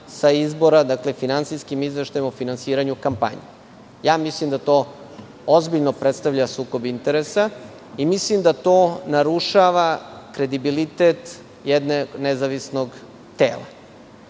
sa izbora, dakle, finansijskim izveštajima o finansiranju kampanje. Mislim da to ozbiljno predstavlja sukob interesa i mislim da to narušava kredibilitet jednog nezavisnog tela.